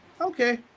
Okay